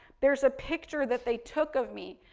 there's a picture that they took of me.